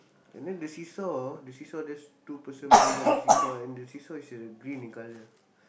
and then the seesaw the seesaw there's two person playing on the seesaw and the seesaw is green in colour